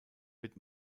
wird